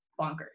bonkers